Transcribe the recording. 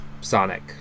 Sonic